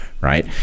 Right